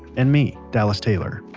and me, dallas taylor.